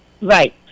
Right